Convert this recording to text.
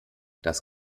das